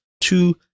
two